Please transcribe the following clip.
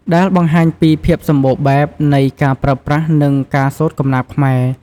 ដែលបង្ហាញពីភាពសម្បូរបែបនៃការប្រើប្រាស់ និងការសូត្រកំណាព្យខ្មែរ។